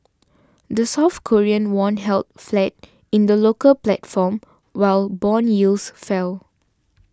the South Korean won held flat in the local platform while bond yields fell